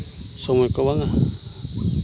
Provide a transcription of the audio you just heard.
ᱥᱚᱢᱚᱭ ᱠᱚ ᱵᱟᱝᱟ